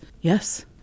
yes